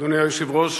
אדוני היושב-ראש,